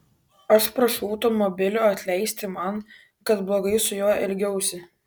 aš prašau automobilio atleisti man kad blogai su juo elgiausi